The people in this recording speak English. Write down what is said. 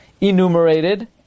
enumerated